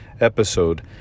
episode